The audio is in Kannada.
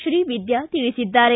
ಶ್ರೀವಿದ್ದಾ ತಿಳಿಸಿದ್ದಾರೆ